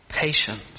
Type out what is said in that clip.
patience